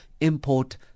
import